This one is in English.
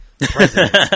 president